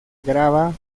grava